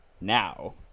now